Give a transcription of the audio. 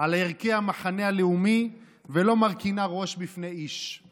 על ערכי המחנה הלאומי ולא מרכינה ראש בפני איש.